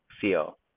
feel